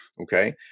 Okay